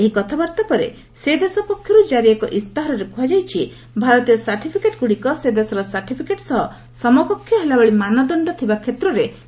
ଏହି କଥାବାର୍ତ୍ତା ପରେ ସେଦେଶ ପକ୍ଷର୍ ଜାରି ଏକ ଇସ୍ତାହାରରେ କ୍ହାଯାଇଛି ଭାରତୀୟ ସାର୍ଟିଫିକେଟ୍ଗୁଡ଼ିକ ସେଦେଶର ସାର୍ଟିଫିକେଟ୍ ସହ ସମକକ୍ଷ ହେଲାଭଳି ମାନଦଣ୍ଡ ଥିବା କ୍ଷେତ୍ରରେ ଗ୍ରହଣୀୟ ହେବ